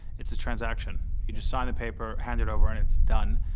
it's a transaction. you just sign a paper, hand it over and it's done.